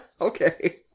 Okay